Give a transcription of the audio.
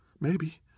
Maybe